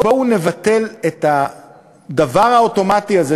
בואו נבטל את הדבר האוטומטי הזה,